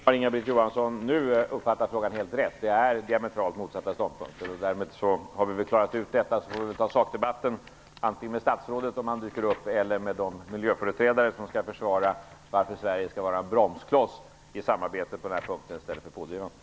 Herr talman! Nu uppfattade Inga-Britt Johansson frågan helt rätt. Vi har diametralt motsatta ståndpunkter. Då har vi klarat ut detta. Sedan får vi ta sakdebatten med statsrådet eller med de miljöföreträdare som skall försvara varför Sverige skall utgöra en bromskloss i samarbetet på den här punkten i stället för att vara pådrivande.